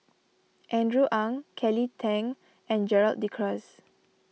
Andrew Ang Kelly Tang and Gerald De Cruz